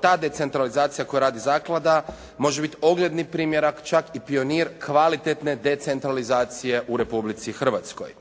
ta decentralizacija koju radi zaklada može biti ogledni primjerak čak i pionir kvalitetne decentralizacije u Republici Hrvatskoj.